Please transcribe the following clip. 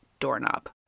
doorknob